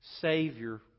Savior